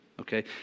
okay